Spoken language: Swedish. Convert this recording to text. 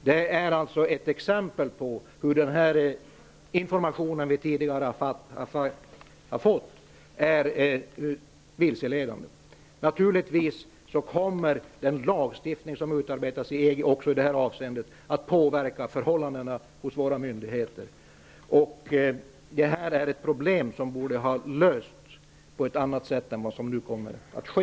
Det är alltså ett exempel på hur den information som vi tidigare har fått är vilseledande. Naturligtvis kommer den lagstiftning som utarbetas i EU också i det här avseendet att påverka förhållandena hos våra myndigheter. Det här är ett problem som borde ha lösts på ett annat sätt än vad som nu kommer att ske.